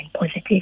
positive